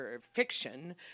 fiction